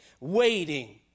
waiting